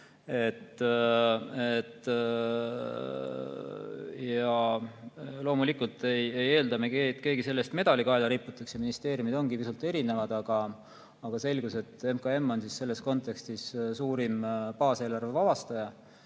Loomulikult me ei eelda, et kellelegi selle eest medal kaela riputatakse. Ministeeriumid ongi pisut erinevad, aga selgus, et MKM on selles kontekstis suurim baaseelarve vabastaja